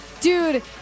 Dude